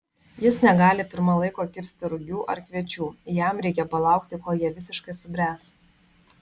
jis negali pirma laiko kirsti rugių ar kviečių jam reikia palaukti kol jie visiškai subręs